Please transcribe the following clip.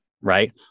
right